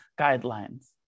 guidelines